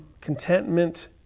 contentment